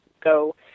go